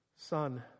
Son